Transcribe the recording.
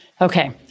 Okay